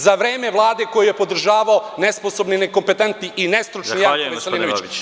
Za vreme Vlade koju je podržavao nesposobni, nekompetentni i nestručni Janko Veselinović.